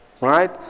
Right